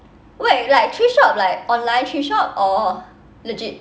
wait like thrift shop like online thrift shop or legit